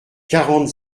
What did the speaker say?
quarante